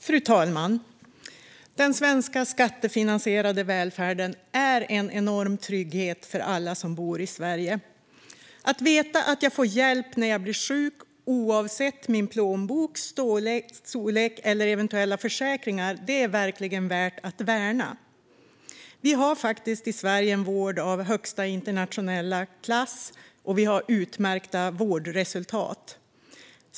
Fru talman! Den svenska skattefinansierade välfärden är en enorm trygghet för alla som bor i Sverige. Att veta att jag får hjälp när jag blir sjuk oavsett storleken på min plånbok eller eventuella försäkringar är verkligen värt att värna. Vi har faktiskt i Sverige en vård av högsta internationella klass, och vi har utmärkta vårdresultat.